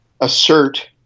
assert